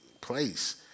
place